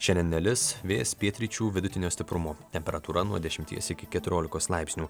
šiandien nelis vėjas pietryčių vidutinio stiprumo temperatūra nuo dešimties iki keturiolikos laipsnių